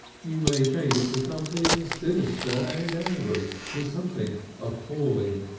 you may change it to something sinister and angry, to something appalling,